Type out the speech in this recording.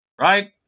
Right